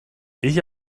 ich